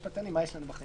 משפטנים, מה יש לנו בחיים.